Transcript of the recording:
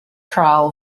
trial